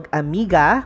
amiga